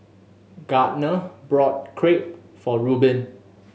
Gardner bought Crepe for Rubin